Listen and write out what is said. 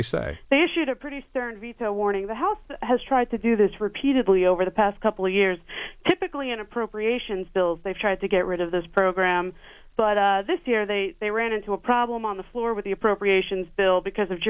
they say they issued a pretty stern veto warning the house has tried to do this repeatedly over the past couple of years typically on appropriations bills they've tried to get rid of this program but this year they they ran into a problem on the floor with the appropriations bill because of